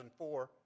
2004